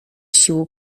sił